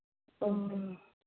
ꯑ